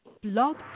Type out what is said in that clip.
Blog